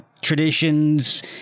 traditions